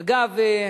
אגב,